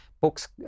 books